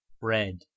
bread